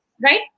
right